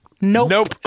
Nope